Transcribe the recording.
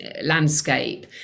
landscape